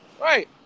right